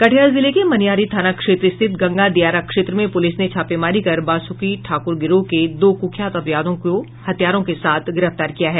कटिहार जिले के मनिहारी थाना क्षेत्र स्थित गंगा दियारा क्षेत्र में पूलिस ने छापेमारी कर बासुकी ठाकुर गिरोह के दो कुख्यात अपराधियो को हथियारों के साथ गिरफ्तार किया है